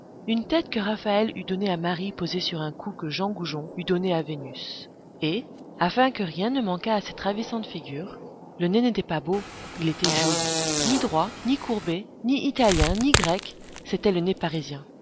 une tête que raphaël eût donnée à marie posée sur un cou que jean goujon eût donné à vénus et afin que rien ne manquât à cette ravissante figure le nez n'était pas beau il était joli ni droit ni courbé ni italien ni grec c'était le nez parisien